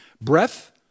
Breath